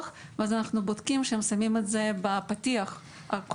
ואז אנחנו בודקים שהם שמים את זה בפתיח הקולי.